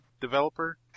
developer